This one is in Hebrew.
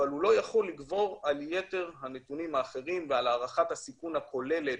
אבל הוא לא יכול לגבור על יתר הנתונים האחרים ועל הערכת הסיכון הכוללת,